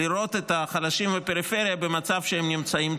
כדי לראות את החלשים בפריפריה במצב שהם נמצאים.